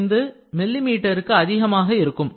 25 மில்லி மீட்டருக்கு அதிகமாக இருக்கும்